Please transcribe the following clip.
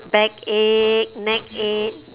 back ache neck ache